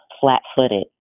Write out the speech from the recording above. flat-footed